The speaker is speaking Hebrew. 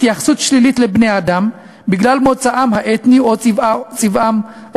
התייחסות שלילית לבני-אדם בגלל מוצאם האתני או צבע עורם.